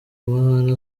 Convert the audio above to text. amahane